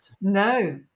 No